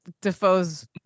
Defoe's